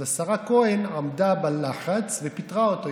אז השרה כהן עמדה בלחץ ופיטרה אותו,